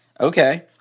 Okay